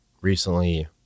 recently